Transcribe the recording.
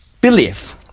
belief